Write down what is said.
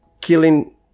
killing